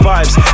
Vibes